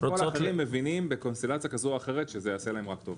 כל האחרים מבינים בקונסטלציה כזו או אחרת שזה יעשה להם רק טוב.